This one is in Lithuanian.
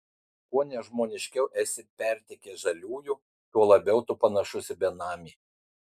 kuo nežmoniškiau esi pertekęs žaliųjų tuo labiau tu panašus į benamį